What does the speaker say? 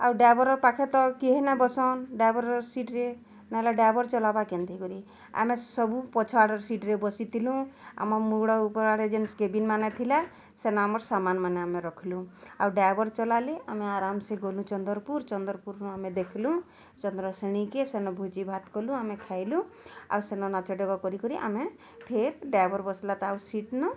ଆଉ ଡ଼ାଇଭର୍ର ପାଖରେ ତ କେହି ନା ବସନ୍ ଡ଼ାଇଭର୍ର ସିଟ୍ରେ ନ ହେଲେ ଡାଇଭର୍ ଚଲାବା କେମିତି କରି ଆମେ ସବୁ ପଛ ଆଡ଼ ସିଟ୍ରେ ବସିଥିଲୁ ଆମ ମୁଡ଼ ଉପର ଆଡ଼େ ଯେନସ୍ କେବିନ୍ ମାନେ ଥିଲା ସେନ ଆମେ ସାମାନ୍ ମାନ ଆମେ ରଖିଲୁ ଆଉ ଡ୍ରାଇଭର୍ ଚଲାଲି ଆମେ ଆରାମ୍ ସେ ଗଲୁ ଚନ୍ଦରପୁର୍ ଟନ୍ଦରପୁର୍ ଆମେ ଦେଖିଲୁ ଚନ୍ଦ୍ରଶ୍ରେଣୀ କି ସେନ ଭୋଜି ଭାତ କଲୁ ଆମେ ଖାଇଲୁ ଆଉ ସେନ ନାଚ ଗୀତ କରି କରି ଆମେ ଫିର୍ ଡ୍ରାଇଭର୍ ବସିଲା ତା ସିଟ୍ ନ